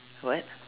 what